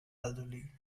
elderly